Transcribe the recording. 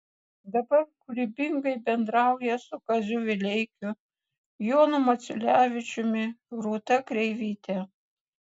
dabar kūrybingai bendrauja su kaziu vileikiu jonu maciulevičiumi rūta kreivyte